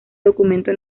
documento